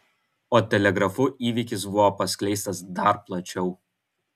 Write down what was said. o telegrafu įvykis buvo paskleistas dar plačiau